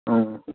ꯎꯝ